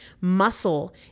Muscle